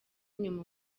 inyuma